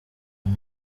uwo